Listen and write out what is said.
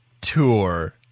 tour